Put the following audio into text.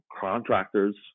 contractors